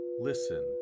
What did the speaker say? listen